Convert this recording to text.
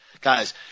Guys